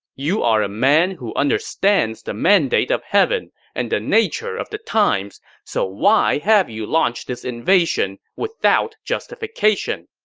you are a man who understands the mandate of heaven and the nature of the times, so why have you launched this invasion without justification?